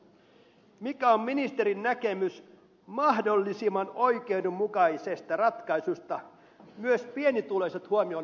mikä on ministerin näkemys mahdollisimman oikeudenmukaisesta ratkaisusta myös pienituloiset huomioon ottavasta ratkaisusta